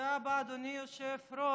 תודה רבה, אדוני היושב-ראש.